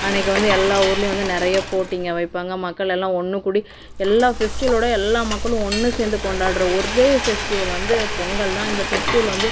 அன்னக்கு வந்து எல்லா ஊர்லையும் வந்து நிறைய போட்டிஙக வைப்பாங்க மக்கள் எல்லாம் ஒன்று கூடி எல்லா ஃபெஸ்ட்டிலொட எல்லா மக்களும் ஒன்று சேர்ந்து கொண்டாடுற ஒரே ஃபெஸ்ட்டிவல் வந்து பொங்கல்தான் இந்த ஃபெஸ்ட்டிவல் வந்து